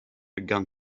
began